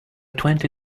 twenty